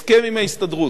בהסכם עם ההסתדרות,